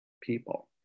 people